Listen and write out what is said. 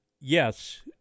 yes